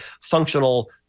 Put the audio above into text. functional